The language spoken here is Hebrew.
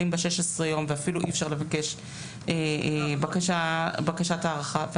ב-16 יום ואפילו אי אפשר לבקש בקשת הארכה.